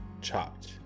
chopped